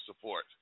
support